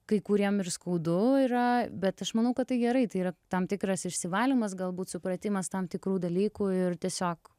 kai kuriem ir skaudu yra bet aš manau kad tai gerai tai yra tam tikras išsivalymas galbūt supratimas tam tikrų dalykų ir tiesiog